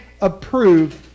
approved